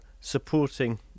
supporting